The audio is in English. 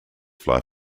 fly